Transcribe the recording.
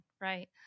right